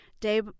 day